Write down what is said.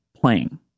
playing